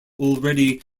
already